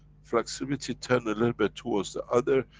flexibility turn a little bit towards the other,